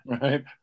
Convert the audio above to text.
Right